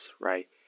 right